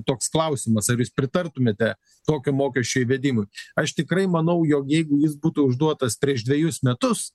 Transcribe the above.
toks klausimas ar jūs pritartumėte tokio mokesčio įvedimui aš tikrai manau jog jeigu jis būtų užduotas prieš dvejus metus